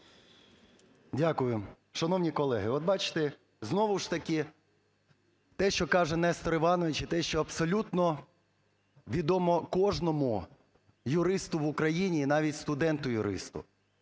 Дякую. Шановні колеги, от бачите, знову ж таки те, що каже Нестор Іванович і те, що абсолютно відомо кожному юристу в Україні і навіть студенту-юристу: